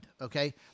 okay